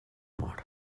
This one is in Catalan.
mor